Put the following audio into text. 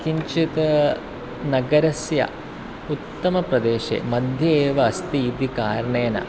किञ्चित् नगरस्य उत्तमप्रदेशे मध्ये एव अस्ति इति कारणेन